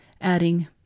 adding